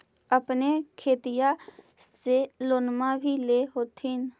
अपने खेतिया ले लोनमा भी ले होत्थिन?